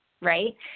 right